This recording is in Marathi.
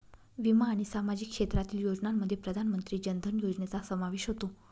विमा आणि सामाजिक क्षेत्रातील योजनांमध्ये प्रधानमंत्री जन धन योजनेचा समावेश होतो